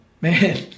man